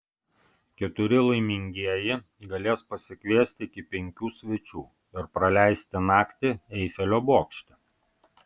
keturi laimingieji galės pasikviesti iki penkių svečių ir praleisti naktį eifelio bokšte